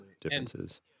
differences